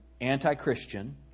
anti-Christian